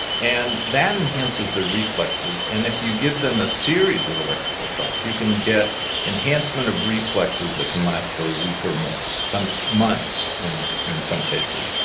and that enhances their reflexes. and if you give them a series of electrical shocks you can get enhancement of reflexes that can last for a week or more, months in in some cases.